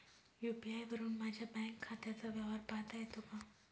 UPI वरुन माझ्या bank खात्याचा व्यवहार पाहता येतो का?